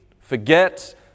forget